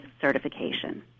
certification